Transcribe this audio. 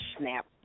snap